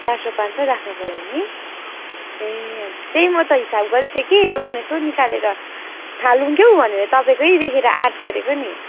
चार सय पाँच सय राख्नुपऱ्यो नि ए हजुर त्यही म त हिसाब गर्दै थिएँ कि लोन यसो निकालेर थालौँ क्या हो भनेर तपाईँकै देखेर आँट गरेको नि